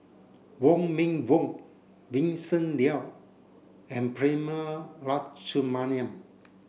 Wong Meng Voon Vincent Leow and Prema Letchumanan